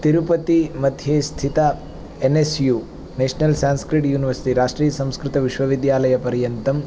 तिरुपतिमध्ये स्थिता N S U national Sanskrit university राष्ट्रीयसंस्कृतविश्वविद्यालयपर्यन्तम्